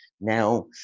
Now